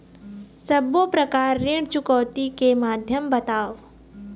सब्बो प्रकार ऋण चुकौती के माध्यम बताव?